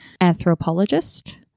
anthropologist